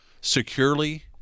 securely